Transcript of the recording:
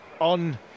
on